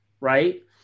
right